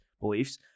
beliefs